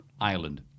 Ireland